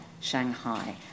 Shanghai